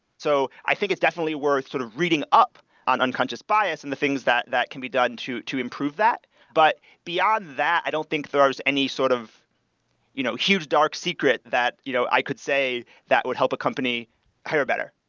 so i think it's definitely we're sort of reading up on unconscious bias and the things that that can be done to to improve that but beyond that, i don't think there are any sort of you know huge dark secret that you know i could say that would help a company hire better.